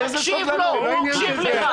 תקשיב לו, הוא הקשיב לך.